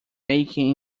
making